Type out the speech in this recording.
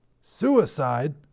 Suicide